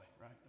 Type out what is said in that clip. right